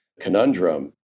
conundrum